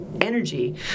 energy